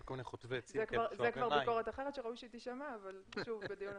זו כבר ביקור אחרת שראוי שתישמע אבל בדיון אחר.